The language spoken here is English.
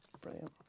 Brilliant